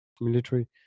military